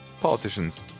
politicians